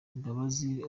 imbabazi